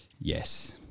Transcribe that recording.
Yes